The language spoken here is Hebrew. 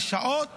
שעות